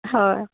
হয়